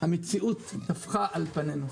המציאות טפחה על פנינו.